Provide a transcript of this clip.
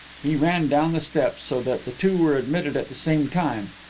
he ran down the steps, so that the two were admitted at the same time,